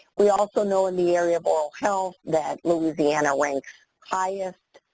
we also know in the area of oral health that louisiana ranks highest.